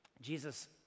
Jesus